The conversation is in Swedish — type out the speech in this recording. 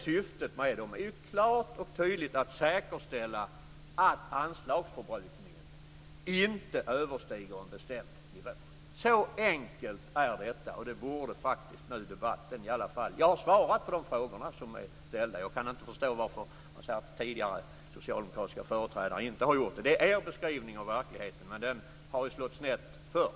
Syftet med det är klart och tydligt att säkerställa att anslagsförbrukningen inte överstiger en bestämd nivå. Så enkelt är detta. Jag har svarat på de frågor som är ställda. Jag kan inte förstå varför man säger att tidigare socialdemokratiska företrädare inte har gjort det. Det är er beskrivning av verkligheten, men den har slagit snett förr.